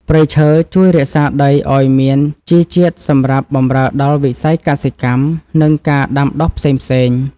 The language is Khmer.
ព្រៃឈើជួយរក្សាដីឱ្យមានជីជាតិសម្រាប់បម្រើដល់វិស័យកសិកម្ម និងការដាំដុះផ្សេងៗ។